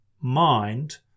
mind